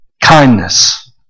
kindness